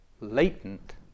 latent